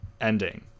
ending